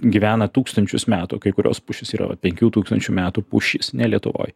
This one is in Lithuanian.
gyvena tūkstančius metų kai kurios pušys yra penkių tūkstančių metų pušys ne lietuvoj